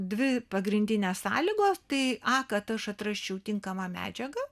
dvi pagrindinės sąlygos tai a kad aš atrasčiau tinkamą medžiagą